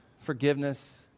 forgiveness